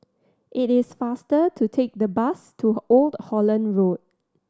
it is faster to take the bus to Old Holland Road